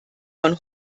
von